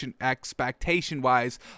expectation-wise